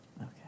Okay